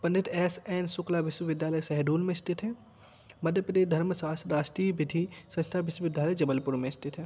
पंडित S N Shukla विश्वविद्यालय शहडोल में स्थित है मध्य प्रदेश धर्मशास्त्र राष्ट्रीय विधि संस्था विश्वविद्यालय जबलपुर में स्थित है